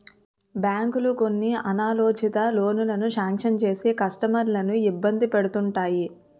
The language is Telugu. బ్యాంకులు కొన్ని అనాలోచిత లోనులు శాంక్షన్ చేసి కస్టమర్లను ఇబ్బంది పెడుతుంటాయి